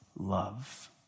love